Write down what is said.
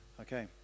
Okay